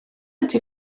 ydy